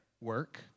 work